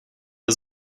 der